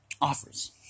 offers